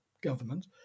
government